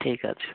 ঠিক আছে